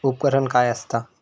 उपकरण काय असता?